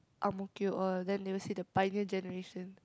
Ang-Mo-Kio all then they will say the pioneer generation